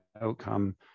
outcome